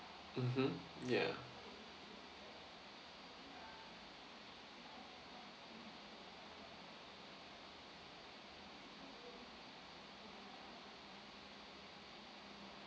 mmhmm ya